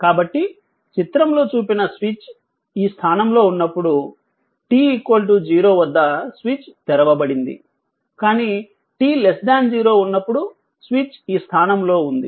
కాబట్టి చిత్రంలో చూపిన స్విచ్ ఈ స్థానంలో ఉన్నప్పుడు t 0 వద్ద స్విచ్ తెరవబడింది కానీ t 0 ఉన్నప్పుడు స్విచ్ ఈ స్థానంలో ఉంది